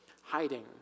Hiding